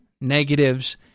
negatives